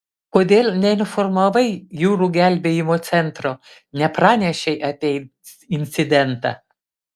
kodėl neinformavai jūrų gelbėjimo centro nepranešei apie incidentą